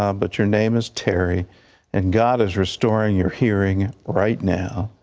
um but your name is terry and god is restoring your hearing right now.